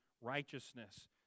righteousness